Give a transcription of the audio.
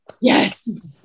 Yes